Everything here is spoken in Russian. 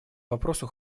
вопросу